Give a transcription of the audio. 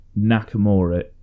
Nakamura